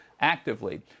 actively